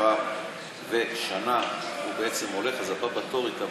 נבחר לשנה הוא בעצם הולך, אז הבא בתור יקבל.